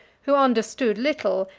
who understood little,